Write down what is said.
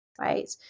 right